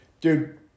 dude